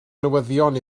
newyddion